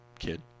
Kid